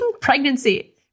pregnancy